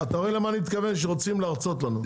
אתה רואה למה אני מתכוון שרוצים להרצות לנו,